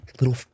Little